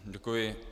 Děkuji.